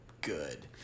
good